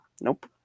Nope